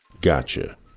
Gotcha